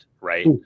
Right